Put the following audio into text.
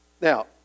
Now